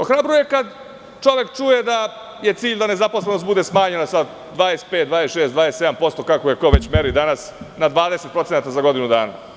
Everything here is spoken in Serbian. Ohrabruje kada čovek čuje da je cilj da nezaposlenost bude smanjena sa 25, 26 ili 27% kako već ko meri danas, na 20% za godinu dana.